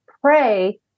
pray